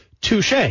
Touche